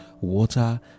water